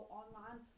online